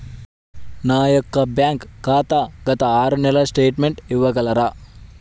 నా యొక్క బ్యాంక్ ఖాతా గత ఆరు నెలల స్టేట్మెంట్ ఇవ్వగలరా?